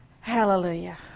Hallelujah